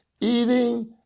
eating